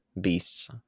beasts